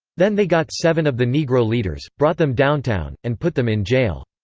then they got seven of the negro leaders, brought them downtown, and put them in jail.